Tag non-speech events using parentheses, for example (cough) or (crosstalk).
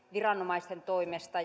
viranomaisten toimesta (unintelligible)